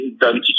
done